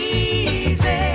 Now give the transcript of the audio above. easy